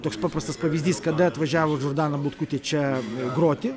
toks paprastas pavyzdys kada atvažiavo džordana butkutė čia groti